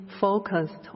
focused